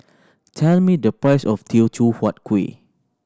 tell me the price of Teochew Huat Kuih